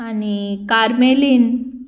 आनी कार्मेलीन